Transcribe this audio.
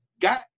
got